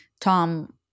Tom